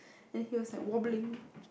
and he was like wobbling